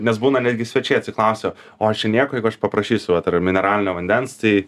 nes būna netgi svečiai atsiklausia o ar čia nieko jeigu aš paprašysiu vat ar mineralinio vandens tai